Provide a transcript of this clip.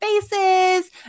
faces